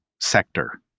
sector